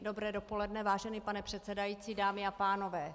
Dobré dopoledne, vážený pane předsedající, dámy a pánové.